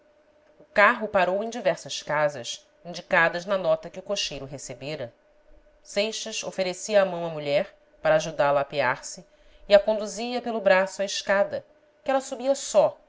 o carro parou em diversas casas indicadas na nota que o cocheiro recebera seixas oferecia a mão à mulher para ajudá-la a apear-se e a conduzia pelo braço à escada que ela subia só